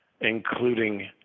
including